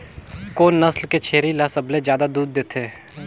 कोन नस्ल के छेरी ल सबले ज्यादा दूध देथे?